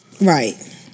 right